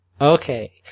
Okay